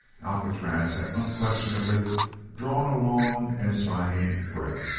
alcatraz had unquestionably drawn a long and sighing breath.